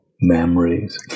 Memories